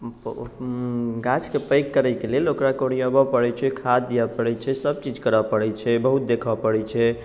गाछके पैघ करैके लेल ओकरा कोरिआबै पड़ै छै खाद दिअ पड़ै छै सब चीज करऽ पड़ै छै बहुत देखऽ पड़ै छै